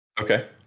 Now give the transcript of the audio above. Okay